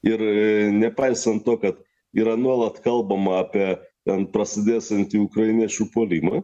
ir nepaisant to kad yra nuolat kalbama apie ten prasidėsiantį ukrainiečių puolimą